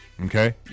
Okay